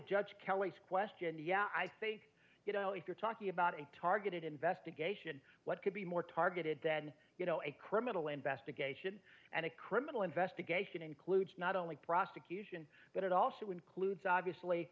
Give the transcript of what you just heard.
judge kelly's question yeah i think you know if you're talking about a targeted investigation what could be more targeted than a criminal investigation and a criminal investigation includes not only prosecution but it also includes obviously